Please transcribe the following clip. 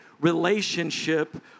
relationship